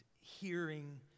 hearing